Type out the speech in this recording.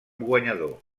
guanyador